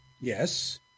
yes